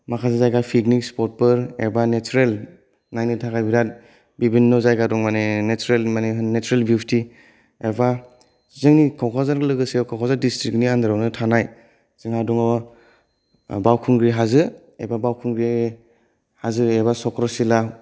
माखासे जायगा पिकनिक स्प'टफोर एबा नेचोरेल नायनो थाखाय बिराट बिभिन्न' जायगा दं माने नेचोरेल माने होन नेचोरेल बिउटि एबा जोंनि क'क्राझारनि लोगोसो क'क्राझार दिस्ट्रिक्टनि आन्दारावनो थानाय जोंहा दङ बावखुंग्रि हाजो एबा सक्र'सिला